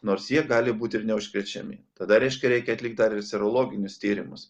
nors jie gali būt ir neužkrečiami tada reiškia reikia atlikt dar ir serologinius tyrimus